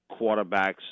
quarterbacks